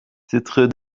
titre